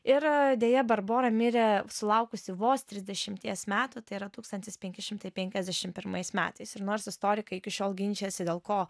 ir deja barbora mirė sulaukusi vos trisdešimties metų tai yra tūkstantis penki šimtai penkiasdešim pirmais metais ir nors istorikai iki šiol ginčijasi dėl ko